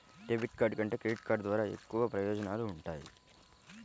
debit card కంటే credit card ద్వారా ఎక్కువ ప్రయోజనాలు వుంటయ్యి